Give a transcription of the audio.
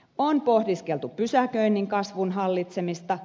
on pohdiskeltu pysäköinnin kasvun hallitsemista